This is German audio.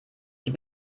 die